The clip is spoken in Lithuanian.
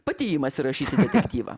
pati imasi rašyti detektyvą